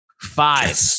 five